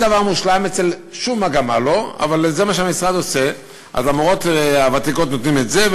ציינתי מה שהמשרד עשה השנה עם הסייעת השנייה,